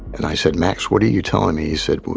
and i said, max, what are you telling me? he said,